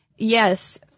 Yes